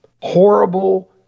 horrible